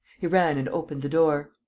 he ran and opened the door.